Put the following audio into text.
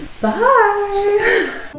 bye